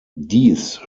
dies